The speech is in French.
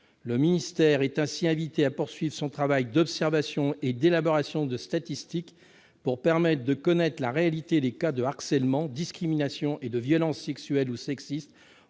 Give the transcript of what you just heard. Le ministère est ainsi invité à poursuivre son travail d'observation et d'élaboration de statistiques, pour mieux connaître la réalité des cas de harcèlements, de discriminations et de violences sexuelles ou sexistes